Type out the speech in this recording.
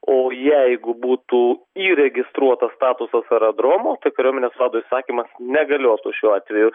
o jeigu būtų įregistruotas statusas aerodromo tai kariuomenės vado įsakymas negaliotų šiuo atveju